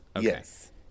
Yes